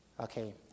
Okay